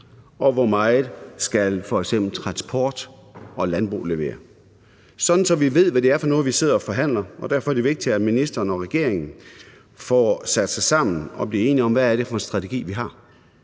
og hvor meget f.eks. transport og landbrug skal levere, sådan at vi ved, hvad det er for noget, vi sidder og forhandler. Kl. 13:03 Derfor er det vigtigt, at ministeren og regeringen får sat sig sammen og bliver enige om, hvad det er for en strategi, vi har: